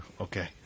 Okay